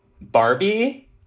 Barbie